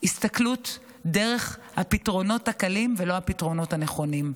הסתכלות דרך הפתרונות הקלים ולא הפתרונות הנכונים.